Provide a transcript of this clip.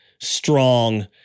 strong